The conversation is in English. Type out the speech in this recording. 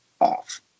off